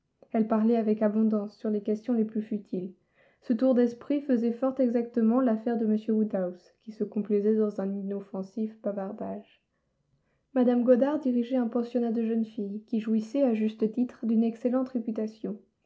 elle parlait avec abondance sur les questions les plus futiles ce tour d'esprit faisait fort exactement l'affaire de m woodhouse qui se complaisait dans un inoffensif bavardage mme goddard dirigeait un pensionnat de jeunes filles qui jouissait à juste titre d'une excellente réputation